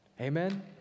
Amen